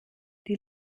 die